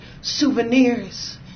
souvenirs